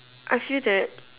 I feel that